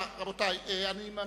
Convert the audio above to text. אני ממשיך.